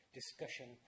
discussion